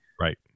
Right